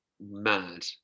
mad